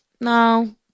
No